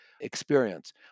experience